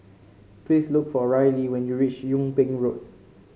please look for Rylee when you reach Yung Ping Road